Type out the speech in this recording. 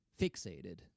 fixated